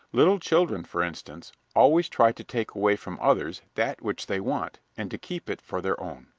little children, for instance, always try to take away from others that which they want, and to keep it for their own.